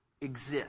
exist